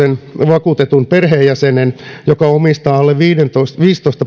vakuutetun perheenjäsenen joka omistaa alle viisitoista